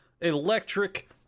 Electric